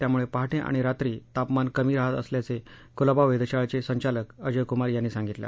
त्यामुळे पहाटे आणि रात्री तापमान कमी राहात असल्याचे कुलाबा वेधशाळेचे संचालक अजय कुमार यांनी सांगितले